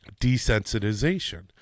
desensitization